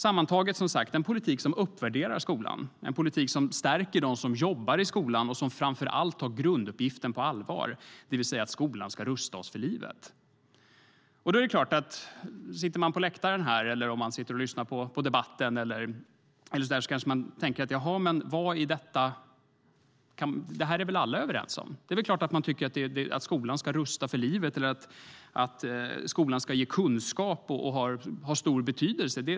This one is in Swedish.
Det är en politik som uppvärderar skolan och stärker dem som jobbar i skolan, och det är en politik som tar grunduppgiften på allvar, det vill säga att skolan ska rusta oss för livet. Den som sitter här på läktaren och den som lyssnar på debatten kanske tänker att det här är väl något som alla är överens om. Det är klart att man tycker att skolan ska rusta för livet, att skolan ska ge kunskap och att skolan har stor betydelse.